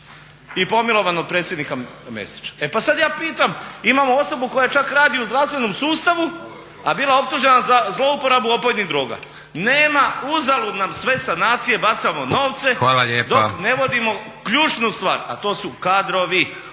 i pomilovan od predsjednika Mesića. E pa sada ja pitam imamo osobu koja čak radi u zdravstvenom sustavu a bila je optužena za zlouporabu opojnih droga. Nema, uzalud nam sve sanacije, bacamo novce dok ne vodimo ključnu stvar a to su kadrovi.